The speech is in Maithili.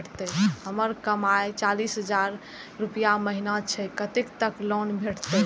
हमर कमाय चालीस हजार रूपया महिना छै कतैक तक लोन भेटते?